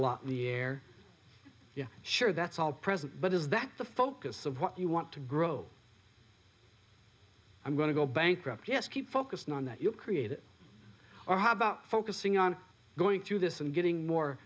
lot in the air yeah sure that's all present but is that the focus of what you want to grow i'm going to go bankrupt just keep focused on that you create it or how about focusing on going through this and getting more